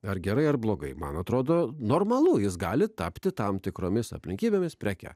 ar gerai ar blogai man atrodo normalu jis gali tapti tam tikromis aplinkybėmis preke